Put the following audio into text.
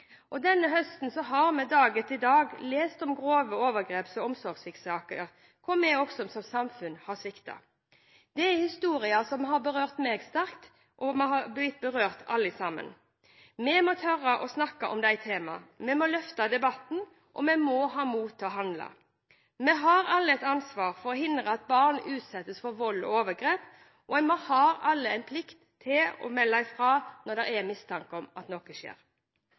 fatteevne. Denne høsten har vi dag etter dag lest om grove overgreps- og omsorgssviktsaker hvor også vi som samfunn har sviktet. Det er historier som har berørt meg sterkt, og vi har alle sammen blitt berørt. Vi må tørre å snakke om disse temaene. Vi må løfte debatten, og vi må ha mot til å handle. Vi har alle et ansvar for å hindre at barn utsettes for vold og overgrep, og vi har alle en plikt til å melde fra når det er mistanke om at noe skjer.